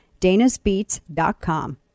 danasbeats.com